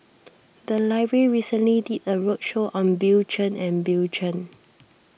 the library recently did a roadshow on Bill Chen and Bill Chen